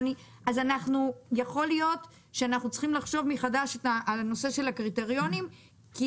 אז יכול להיות שאנחנו צריכים לחשוב מחדש על הקריטריונים כי